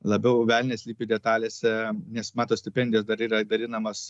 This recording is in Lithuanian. labiau velnias slypi detalėse nes matot stipendijos dar yra dalinamos